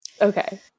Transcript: Okay